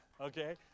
Okay